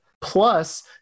plus